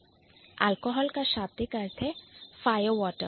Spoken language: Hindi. Alchohol अल्कोहल का शाब्दिक अर्थ है फायर वॉटर